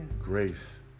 Grace